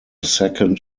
second